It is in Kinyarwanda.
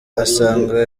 asanga